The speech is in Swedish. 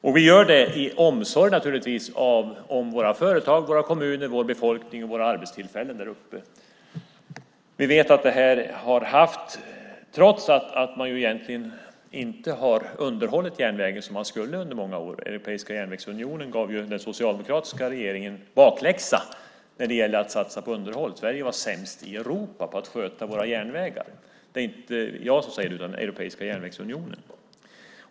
Det gör vi också, naturligtvis av omsorg om våra företag, våra kommuner, vår befolkning och våra arbetstillfällen där uppe. I många år har man egentligen inte underhållit järnvägen så som man skulle ha gjort. Europeiska järnvägsunionen gav ju den socialdemokratiska regeringen bakläxa när det gällde att satsa på underhåll. Sverige var sämst i Europa på att sköta järnvägar. Det är inte jag som säger det utan Europeiska järnvägsunionen.